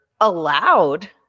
allowed